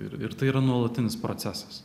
ir ir tai yra nuolatinis procesas